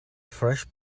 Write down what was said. fresh